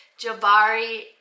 Jabari